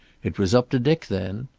it was up to dick then.